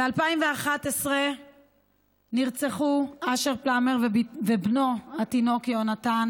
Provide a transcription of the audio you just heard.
ב-2011 נרצחו אשר פלמר ובנו התינוק יהונתן